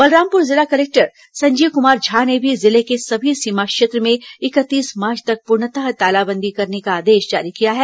बलरामपुर जिला कलेक्टर संजीव कुमार झा ने भी जिले के सभी सीमा क्षेत्र में इकतीस मार्च तक पूर्णतः तालाबंदी करने का आदेश जारी किया है